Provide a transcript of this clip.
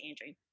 Andrew